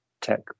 tech